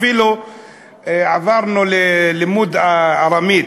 אפילו עברנו ללימוד הארמית.